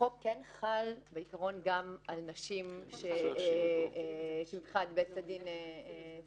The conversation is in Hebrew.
החוק כן חל בעיקרון גם על נשים שמבחינת בית הדין הן סרבניות.